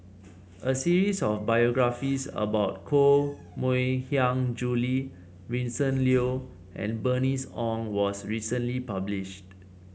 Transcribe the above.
a series of biographies about Koh Mui Hiang Julie Vincent Leow and Bernice Ong was recently published